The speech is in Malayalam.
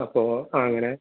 അപ്പോൾ അങ്ങനെ